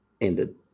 ended